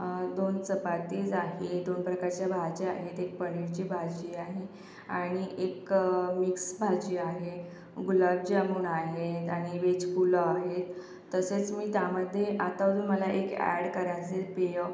दोन चपातीज आहे दोन प्रकाराच्या भाज्या आहेत एक पनीरची भाजी आहे आणि एक मिक्स भाजी आहे गुलाबजामून आहेत आणि व्हेज पुलाव आहे तसंच मी त्यामध्ये आता मला एक ॲड करायचं पेय